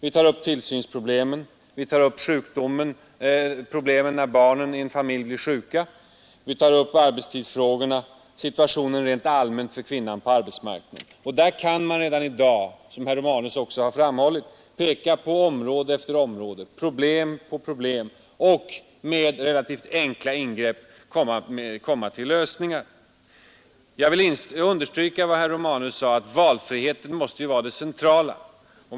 Vi tar upp tillsynsproblemen och de svårigheter som uppstår när barnen i en familj blir sjuka. Vi tar upp arbetstidsfrågorna och situationen rent allmänt för kvinnan på arbetsmarknaden. Där kan man redan i dag, som herr Romanus också framhållit, på område efter område peka på problemen och med relativt enkla ingrepp komma till lösningar. Jag vill understryka vad herr Romanus sade, nämligen att valfriheten måste vara det centrala.